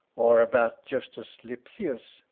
or about justus lipsius,